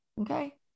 Okay